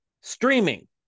Streaming